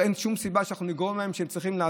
אין שום סיבה שאנחנו נגרום להם לעזוב.